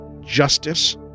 justice